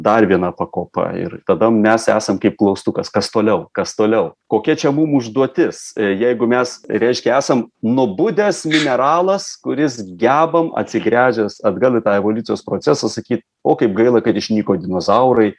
dar viena pakopa ir tada mes esam kaip klaustukas kas toliau kas toliau kokia čia mum užduotis jeigu mes reiškia esam nubudęs mineralas kuris gebam atsigręžęs atgal į tą evoliucijos procesą saky o kaip gaila kad išnyko dinozaurai